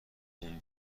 اون